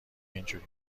اینجوری